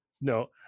No